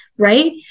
right